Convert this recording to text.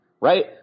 right